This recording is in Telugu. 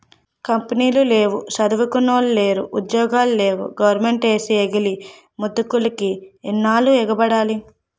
కంపినీలు లేవు సదువుకున్నోలికి ఉద్యోగాలు లేవు గవరమెంటేసే ఎంగిలి మెతుకులికి ఎన్నాల్లు ఎగబడాల